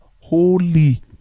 holy